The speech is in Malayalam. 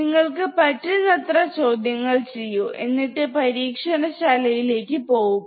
നിങ്ങൾക്ക് പറ്റുന്നത്ര ചോദ്യങ്ങൾ ചെയ്യൂ എന്നിട്ട് പരീക്ഷണശാലയിൽ ലേക്ക് പോവുക